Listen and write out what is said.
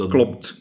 Klopt